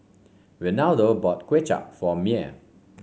Renaldo bought Kuay Chap for Myer